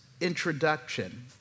introduction